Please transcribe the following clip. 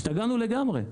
השתגענו לגמרי.